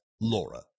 Laura